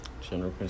General